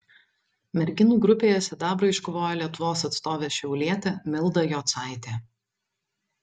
merginų grupėje sidabrą iškovojo lietuvos atstovė šiaulietė milda jocaitė